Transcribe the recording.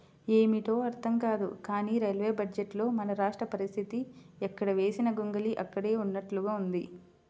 ఏమిటో అర్థం కాదు కానీ రైల్వే బడ్జెట్లో మన రాష్ట్ర పరిస్తితి ఎక్కడ వేసిన గొంగళి అక్కడే ఉన్నట్లుగా ఉంది